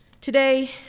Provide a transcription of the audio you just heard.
today